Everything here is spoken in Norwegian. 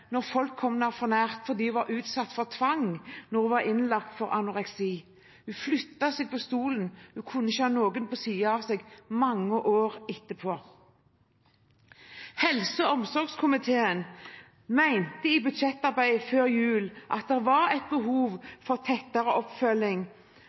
når folk kom henne for nær, fordi hun ble utsatt for tvang da hun ble innlagt for anoreksi. Hun flyttet seg på stolen og kunne ikke ha noen ved siden av seg i mange år etterpå. Helse- og omsorgskomiteen mente i budsjettarbeidet før jul at det var et behov